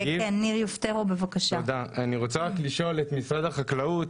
אני רוצה לשאול את משרד החקלאות,